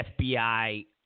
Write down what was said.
FBI